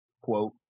quote